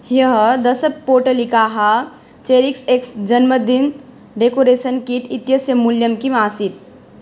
ह्यः दशपोटलिकाः चेरिक्स् एक्स् जन्मदिनं डेकोरेसन् किट् इत्यस्य मूल्यं किम् आसीत्